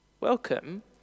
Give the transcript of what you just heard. welcome